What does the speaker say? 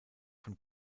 von